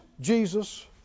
Jesus